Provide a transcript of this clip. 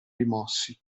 rimossi